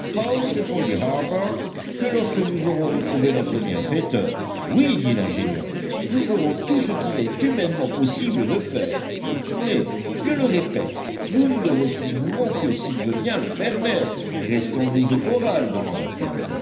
répondit harbert que lorsque nous aurons retrouvé notre bienfaiteur oui dit l'ingénieur nous ferons tout ce qu'il est humainement possible de faire mais je le répète nous ne le retrouverons que s'il veut bien le permettre restons nous au corral demanda